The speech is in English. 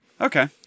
okay